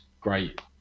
great